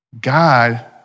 God